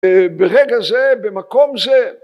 ‫ברגע זה, במקום זה...